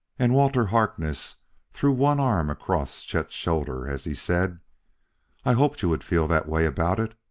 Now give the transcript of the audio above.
and walter harkness threw one arm across chet's shoulder as he said i hoped you would feel that way about it.